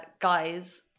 guys